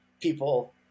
people